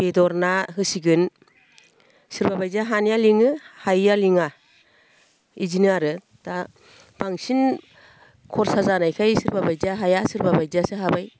बेदर ना होसिगोन सोरबाबायदिया हानाया लिङो हायिया लिङा इदिनो आरो दा बांसिन खरसा जानायखाय सोरबा बायदिया हाया सोरबा बायदिया आसो हाबाय